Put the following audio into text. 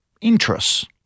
interests